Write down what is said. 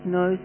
no